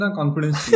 confidence